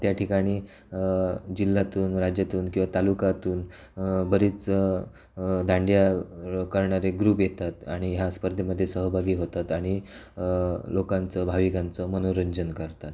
त्या ठिकाणी जिल्ह्यातून राज्यातून किवा तालुक्यातून बरीच दांडिया करणारे ग्रुप येतात आणि ह्या स्पर्धेमध्ये सहभागी होतात आणि लोकांचं भाविकांचं मनोरंजन करतात